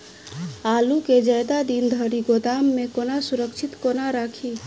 आलु केँ जियादा दिन धरि गोदाम मे कोना सुरक्षित कोना राखि?